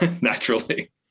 naturally